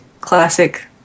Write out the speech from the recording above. classic